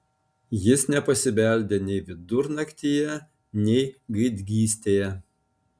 jis nepasibeldė nei vidurnaktyje nei gaidgystėje